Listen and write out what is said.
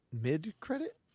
mid-credit